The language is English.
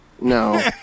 No